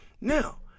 Now